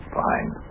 fine